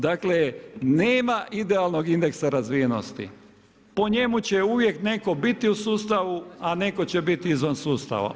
Dakle nema idealnog indeksa razvijenosti, po njemu će uvijek neko biti u sustavu, a neko će biti izvan sustava.